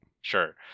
sure